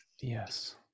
Yes